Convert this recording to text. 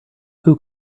who